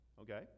Okay